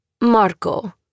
Marco